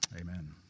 Amen